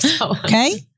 Okay